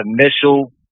initial